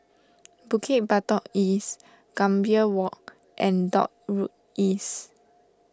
Bukit Batok East Gambir Walk and Dock Road East